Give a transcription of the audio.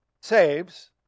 saves